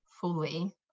fully